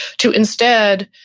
to instead,